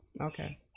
Okay